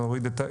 נוריד את,